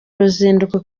ruzinduko